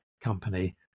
company